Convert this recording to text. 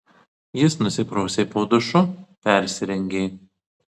jis nusiprausė po dušu persirengė